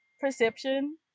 perception